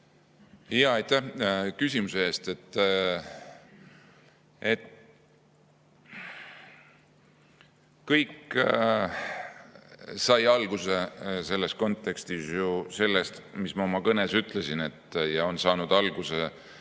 Aitäh küsimuse eest! Kõik sai alguse selles kontekstis ju sellest, mis ma oma kõnes ütlesin. Kõik on saanud alguse